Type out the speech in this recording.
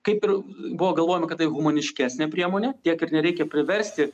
kaip ir buvo galvojama kad tai humaniškesnė priemonė tiek ir nereikia priversti